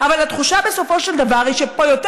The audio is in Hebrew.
אבל התחושה בסופו של דבר היא שפה יותר